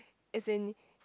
as in